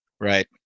right